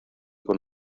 con